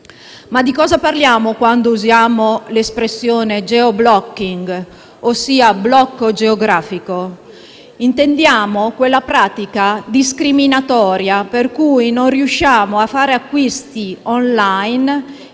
Ma di cosa parliamo quando usiamo l'espressione *geoblocking*, ossia «blocco geografico»? Intendiamo quella pratica discriminatoria per cui non riuscivamo a fare acquisti *online*